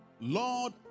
Lord